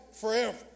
forever